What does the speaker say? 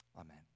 Amen